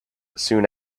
soon